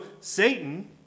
Satan